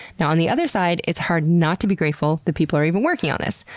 now, on the other side, it's hard not to be grateful that people are even working on this.